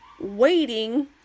waiting